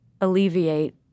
alleviate